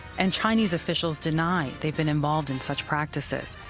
and chinese officials deny they've been involved in such practices.